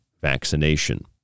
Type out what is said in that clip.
vaccination